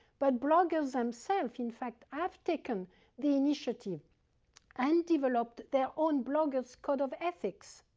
but bloggers themselves, in fact, have taken the initiative and developed their own bloggers' code of ethics,